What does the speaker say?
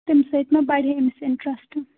تَمہِ سۭتۍ ما بڈِ أمِس اِنٹرٛسٹہٕ